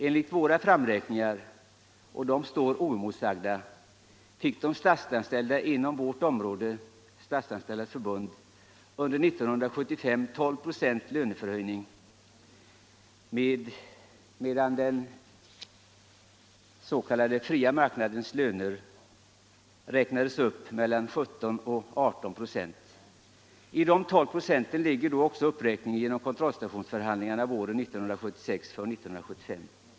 Enligt våra framräkningar, och de står oemotsagda, fick de statsanställda inom vårt område — Statsanställdas förbund - 12 26 löneförhöjning under 1975 medan den s.k. fria marknadens löner räknades upp med mellan 17 och 18 96. I de 12 procenten ligger också uppräkningen genom kontrollstationsförhandlingarna våren 1976 för år 1975.